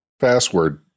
password